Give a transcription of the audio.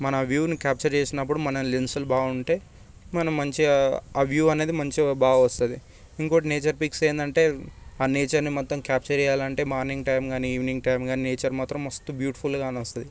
మన వ్యూనీ క్యాప్చర్ చేసినప్పుడు మన లెన్స్ బాగుంటే మనం మంచిగా ఆ వ్యూ అనేది బాగా మంచిగా బాగా వస్తుంది ఇంకొకటి నేచర్ ఫిక్స్ ఏంటంటే ఆ నేచర్ని మొత్తం క్యాప్చర్ చేయాలంటే మార్నింగ్ టైం గానీ ఈవినింగ్ టైం గానీ నేచర్ మాత్రం మస్త్ బ్యూటిఫుల్గా కానొస్తుంది